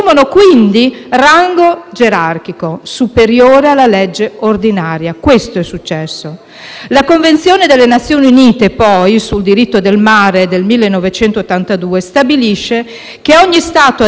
La Convenzione delle Nazioni Unite sul diritto del mare del 1982, poi, stabilisce che ogni Stato aderente deve esigere che il comandante di una nave autorizzata a battere la sua bandiera, sia essa